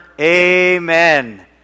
Amen